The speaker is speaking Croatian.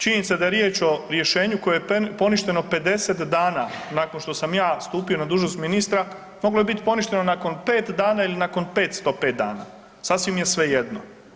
Činjenica da je riječ o rješenju koje je poništeno 50 dana nakon što sam ja stupio na dužnost ministra moglo je biti poništeno nakon pet dana ili nakon 505 dana, sasvim je svejedno.